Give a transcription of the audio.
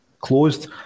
closed